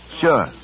Sure